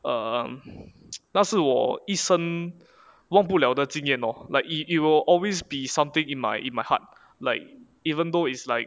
um 那是我一生忘不了的经验 lor like it will always be something in my in my heart like even though is like